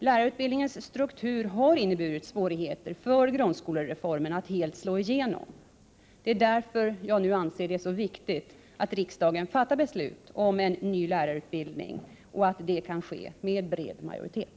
Lärarutbildningens struktur har inneburit svårigheter för grundskolereformen att helt slå igenom. Det är därför jag nu anser det så viktigt att riksdagen fattar beslut om en ny lärarutbildning och att detta kan ske med bred majoritet.